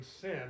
sin